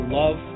love